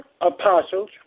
apostles